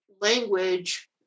language